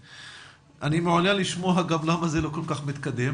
אני מעוניין לשמוע למה זה לא כל כך מתקדם.